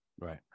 Right